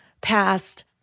past